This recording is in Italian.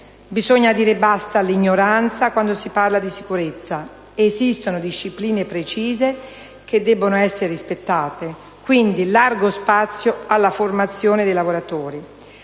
Bisogna dire basta all'ignoranza quando si parla di sicurezza: esistono discipline precise che debbono essere rispettate. Quindi, largo spazio alla formazione dei lavoratori.